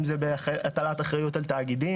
אם זה בהטלת אחריות על תאגידים,